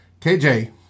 KJ